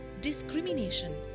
discrimination